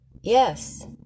Yes